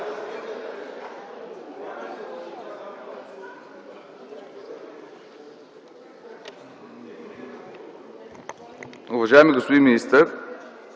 Уважаеми господин министър,